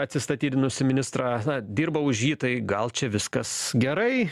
atsistatydinusį ministrą na dirba už jį tai gal čia viskas gerai